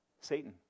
Satan